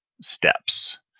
steps